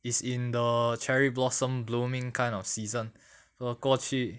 is in the cherry blossom blooming kind of season so 过去